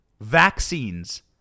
vaccines